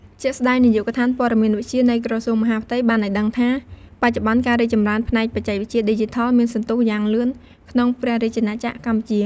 ជាក់ស្តែង នាយកដ្ឋានព័ត៌មានវិទ្យា នៃក្រសួងមហាផ្ទៃ បានឱ្យដឹងថា បច្ចុប្បន្នការរីកចម្រើនផ្នែកបច្ចេកវិទ្យាឌីជីថល មានសន្ទុះយ៉ាងលឿនក្នុងព្រះរាជាណាចក្រកម្ពុជា។